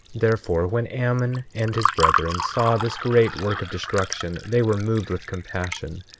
therefore, when ammon and his brethren saw this great work of destruction, they were moved with compassion,